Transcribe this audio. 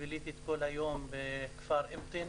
ביליתי את כל היום בכפר אבטין.